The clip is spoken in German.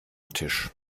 tisch